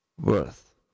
worth